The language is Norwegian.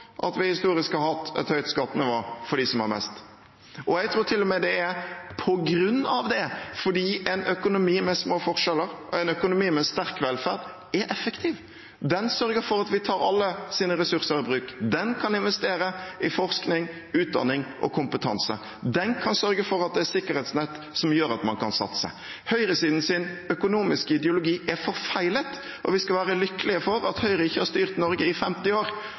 at vi historisk har hatt et høyt skattenivå for dem som har mest. Jeg tror til og med det er på grunn av det, fordi en økonomi med små forskjeller og en økonomi med sterk velferd er effektiv. Den sørger for at vi tar alles ressurser i bruk, den kan investere i forskning, utdanning og kompetanse, og den kan sørge for at det er sikkerhetsnett som gjør at man kan satse. Høyresidens økonomiske ideologi er forfeilet, og vi skal være lykkelige for at Høyre ikke har styrt Norge i 50 år,